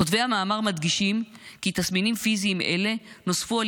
כותבי המאמר מדגישים כי תסמינים פיזיים אלה נוספו על